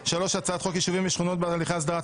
3. הצעת חוק יישובים ושכונות בהליכי הסדרה,